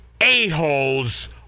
a-holes